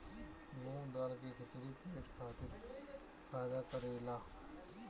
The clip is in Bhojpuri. मूंग दाल के खिचड़ी पेट खातिर फायदा करेला